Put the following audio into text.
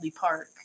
Park